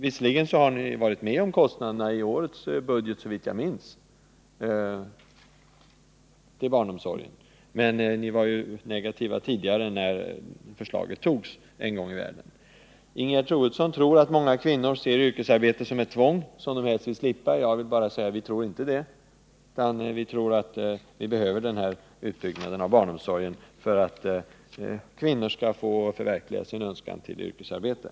Visserligen har ni, såvitt jag minns, varit med om att bifalla anslaget till kostnaderna för barnomsorgen i årets budget, men ni var negativa tidigare, när planen antogs. Ingegerd Troedsson tror att många kvinnor ser yrkesarbete som ett tvång, som de helst vill slippa. Jag vill bara säga: Vi tror inte det, utan vi tror att utbyggnaden av barnomsorgen behövs för att kvinnor skall få förverkliga sin önskan att yrkesarbeta.